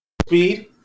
Speed